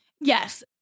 Yes